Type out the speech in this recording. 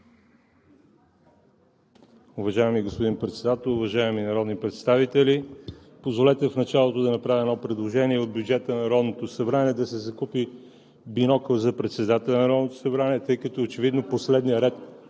Уважаеми господин Председател, уважаеми народни представители! Позволете в началото да направя едно предложение: от бюджета на Народното събрание да се закупи бинокъл за председателя на Народното събрание, тъй като очевидно последният ред